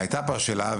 היתה פה שאלה,